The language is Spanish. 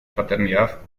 fraternidad